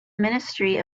ministry